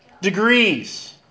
degrees